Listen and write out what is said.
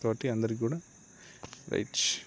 కాబట్టి అందరికి కూడా రైట్